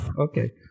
okay